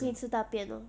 那我给你吃大便 lor